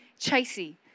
Chasey